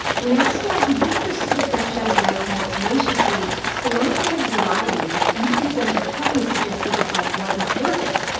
when asked why he didn't pursue the franchise rights more tenaciously, stallone told variety that even his own attorney suggested the fight wasn't worth it,